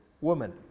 woman